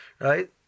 right